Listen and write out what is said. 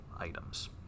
items